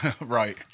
Right